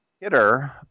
hitter